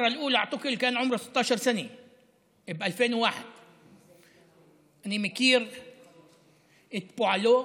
אני מכיר את פועלו,